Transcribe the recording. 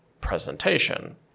presentation